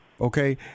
okay